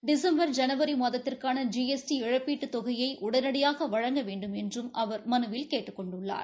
டிசும்பர் ஜனவரி மாதத்திற்கான G S T இழப்பீட்டுத் தொகையை உடனடியாக வழங்க வேண்டும் என்றும் அவர் மனுவில் கேட்டுக் கொண்டுள்ளார்